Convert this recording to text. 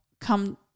come